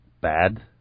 bad